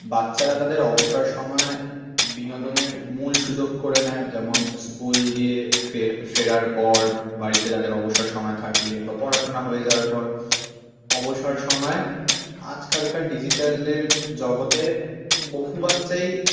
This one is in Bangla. বাচ্চারা তাদের অবসর সময় বিনোদনের মূল সুযোগ করে নেয় যেমন স্কুল দিয়ে ফের ফেরার পর বাড়িতে তাদের অবসর সময় থাকলে বা পড়াশোনা হয়ে যাওয়ার পর অবসর সময়ে আজকালকার ডিজিটালের জগতে বহু বাচ্চাই